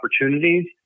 opportunities